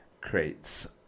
creates